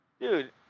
Dude